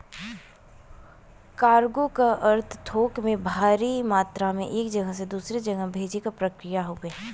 cargo क अर्थ थोक में या भारी मात्रा में एक जगह से दूसरे जगह से भेजे क प्रक्रिया हउवे